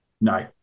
No